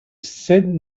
said